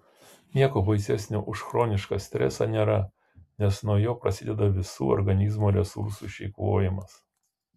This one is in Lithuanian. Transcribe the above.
nieko baisesnio už chronišką stresą nėra nes nuo jo prasideda visų organizmo resursų išeikvojimas